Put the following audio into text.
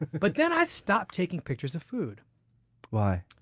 but then i stopped taking pictures of food why?